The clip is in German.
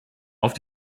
auf